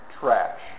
trash